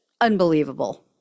unbelievable